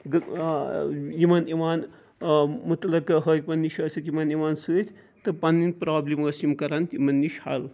یِمَن یِوان مطلقہٕ حٲکمَن نِش ٲسِکھ یِمَن یِوان سۭتۍ تہٕ پَنٕنۍ پرٛابلِم ٲسۍ یِم کَران یِمَن نِش حل